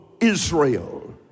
Israel